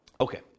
Okay